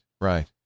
right